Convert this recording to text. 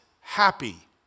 happy